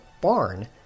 barn